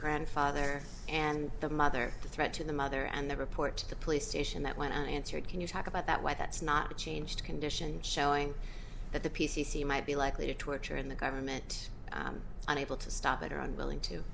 grandfather and the mother the threat to the mother and the report to the police station that when answered can you talk about that why that's not a change condition showing that the p c c might be likely to torture and the government unable to stop it or unwilling to